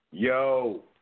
Yo